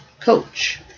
coach